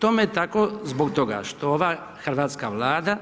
Tome je tako zbog toga što ova Hrvatska vlada